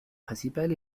principal